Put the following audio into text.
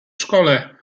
szkole